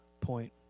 point